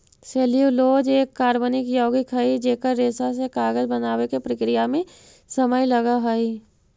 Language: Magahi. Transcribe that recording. सेल्यूलोज एक कार्बनिक यौगिक हई जेकर रेशा से कागज बनावे के प्रक्रिया में समय लगऽ हई